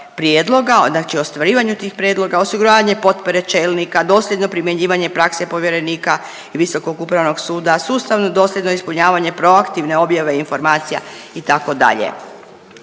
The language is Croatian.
prijedloga, znači u ostvarivanju tih prijedloga, osiguravanje potpore čelnika, dosljedno primjenjivanje prakse povjerenika i Visokog upravnog suda, sustavno i dosljedno ispunjavanje proaktivne objave informacija itd..